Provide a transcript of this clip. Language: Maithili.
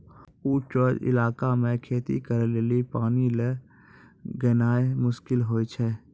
ऊंचो इलाका मे खेती करे लेली पानी लै गेनाय मुश्किल होय छै